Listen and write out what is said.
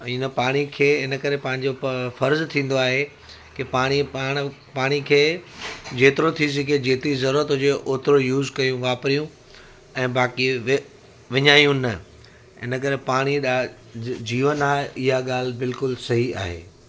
इन पाणी खे इन करे पंहिंजो प फ़र्ज़ु थींदो आहे की पाणी पाण पाणी खे जेतिरो थी सघे जेतिरी ज़रूरत हुजे ओतिरो यूज़ कयूं वापरियूं ऐं बाक़ी वे विञायूं न इन करे पाणी ॾा जीवन आहे इहा ॻाल्हि बिल्कुलु सही आहे